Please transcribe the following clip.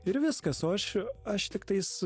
ir viskas o aš aš tiktais